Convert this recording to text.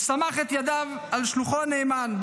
הוא סמך את ידיו על שליחו הנאמן,